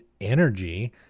energy